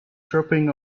dropping